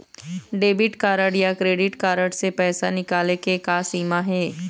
Debit या credit card से पैसा निकाले के का सीमा हे?